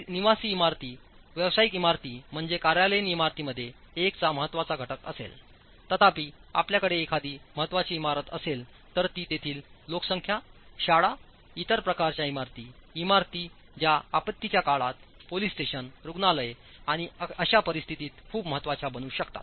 तर निवासी इमारती व्यावसायिक इमारती म्हणजे कार्यालयीन इमारतींमध्ये 1 चा महत्त्वाचा घटक असेलतथापि आपल्याकडे एखादी महत्त्वाची इमारत असेल तर ती तेथीललोकसंख्या शाळा इतर प्रकारच्या इमारती इमारती ज्या आपत्तींच्या काळात पोलिस स्टेशन रुग्णालये आणि अशा परिस्थितीत खूप महत्वाच्या बनू शकतात